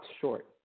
short